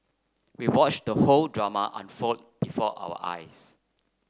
we watched the drama unfold before our eyes